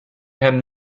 herrn